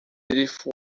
force